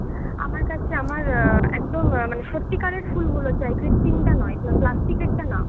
আমার কাছে আমার একদম মানে সত্যিকারের ফুলগুলো চাই কৃত্রিমটা নয় প্লাস্টিকেরটা না